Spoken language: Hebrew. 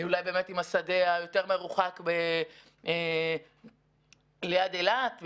אולי עם השדה המרוחק יותר ליד אילת,